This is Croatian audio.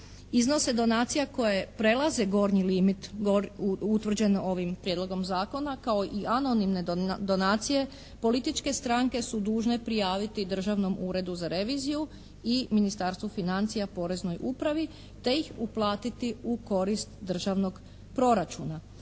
Iznose donacija koje prelaze gornji limit utvrđen ovim Prijedlogom zakona kao i anonimne donacije političke stranke su dužne prijaviti Državnom uredu za reviziju i Ministarstvu financija Poreznoj upravi te ih uplatiti u korist Državnog proračuna.